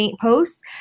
posts